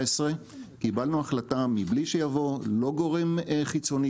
קיבלנו החלטה מבלי שיבוא לא גורם חיצוני,